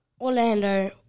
Orlando